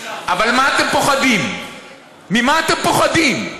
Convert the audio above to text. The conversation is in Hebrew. אבל מה אתם פוחדים?